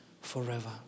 forever